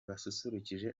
basusurukije